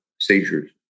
seizures